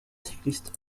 cycliste